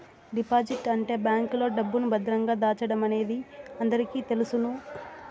deposit అంటే బ్యాంకులో డబ్బును భద్రంగా దాచడమనేది అందరికీ తెలుసును